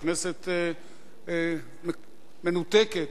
שהכנסת מנותקת.